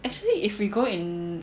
actually if we go in